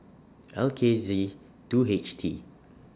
L K Z two H T